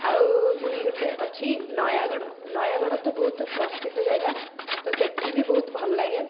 ଆଉ ପୁଣି ଗୋଟେ ଅଛି ନୟାଗଡ଼ ନୟାଗଡ଼ ତ ବହୁତ ପ୍ରସିଦ୍ଧ ଜାଗା ତ ସେଠି ବି ବହୁତ ଭଲ ଲାଗେ